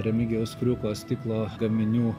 remigijaus kriuko stiklo gaminių